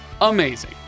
amazing